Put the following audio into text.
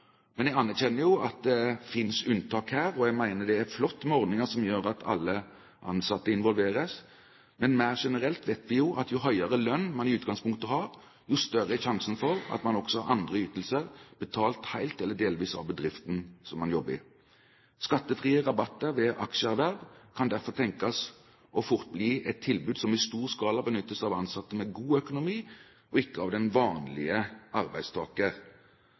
Men jeg erkjenner jo at det finnes unntak her. Jeg mener det er flott med ordninger som gjør at alle ansatte involveres. Men mer generelt vet vi jo at dess høyere lønn man har i utgangspunktet, jo større er sjansen for at man også har andre ytelser betalt helt eller delvis av bedriften som man jobber i. Skattefrie rabatter ved aksjeerverv kan derfor tenkes fort å bli et tilbud som i stor skala benyttes av ansatte med god økonomi, og ikke av den vanlige arbeidstaker.